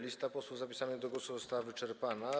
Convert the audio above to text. Lista posłów zapisanych do głosu została wyczerpana.